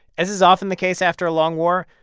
as is often the case after a long war,